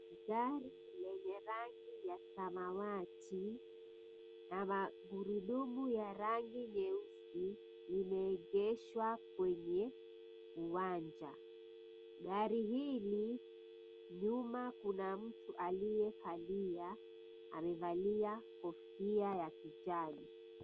Gari lenye rangi ya samawati na magurudumu ya rangi nyeusi limeegeshwa kwenye uwanja. Gari hili, nyuma, kuna mtu aliyekalia, amevalia kofia ya kijani.